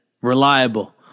reliable